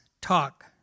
talk